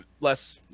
less